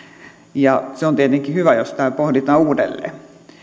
ja se on tietenkin hyvä jos tämä pohditaan uudelleen